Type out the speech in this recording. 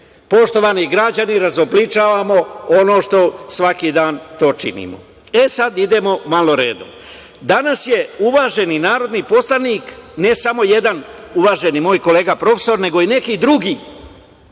ne? Poštovani građani, razobličavamo ono što svaki dan to činimo. Sada idemo malo redom. Danas je uvaženi narodni poslanik, ne samo jedan uvaženi moj kolega profesor nego i neki drugi